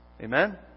Amen